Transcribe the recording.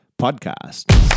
podcast